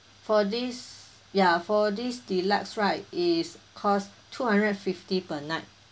for this ya for these deluxe right is cost two hundred and fifty per night